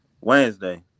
Wednesday